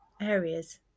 areas